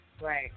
Right